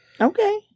Okay